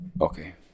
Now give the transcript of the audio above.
Okay